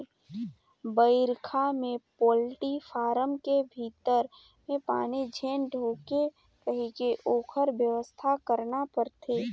बइरखा में poultry farm के भीतरी में पानी झेन ढुंके कहिके ओखर बेवस्था करना परथे